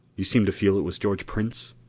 you seem to feel it was george prince?